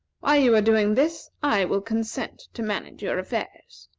while you are doing this, i will consent to manage your affairs.